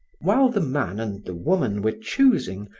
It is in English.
while the man and the woman were choosing,